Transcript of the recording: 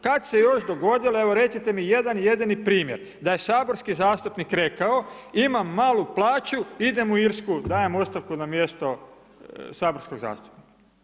Kad se još dogodilo, evo recite mi jedan jedini primjer da je saborski zastupnik rekao imam malu plaću, idem u Irsku, dajem ostavku na mjesto saborskog zastupnika?